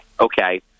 okay –